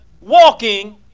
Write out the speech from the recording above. walking